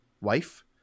wife